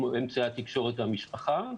כמו אמצעי תקשורת והמשפחה.